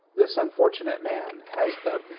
this unfortunate man has the.